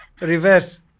Reverse